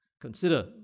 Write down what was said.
consider